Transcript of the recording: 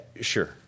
Sure